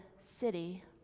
city